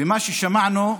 ומה ששמענו,